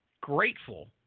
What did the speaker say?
grateful